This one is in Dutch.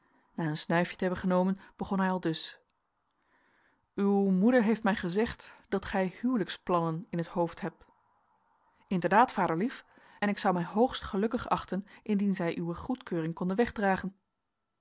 na een snuifje te hebben genomen begon hij aldus uw moeder heeft mij gezegd dat gij huwelijksplannen in t hoofd hebt inderdaad vaderlief en ik zou mij hoogstgelukkig achten indien zij uwe goedkeuring konden